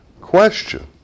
question